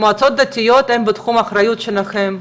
המועצות הדתיות הן בתחום האחריות שלכם,